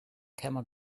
camel